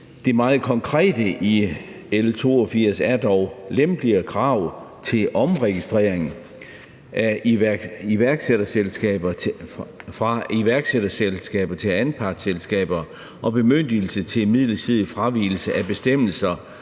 Det meget konkrete i L 82 er dog lempeligere krav til omregistrering fra iværksætterselskaber til anpartsselskaber og bemyndigelse til midlertidig fravigelse af bestemmelser